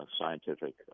Scientific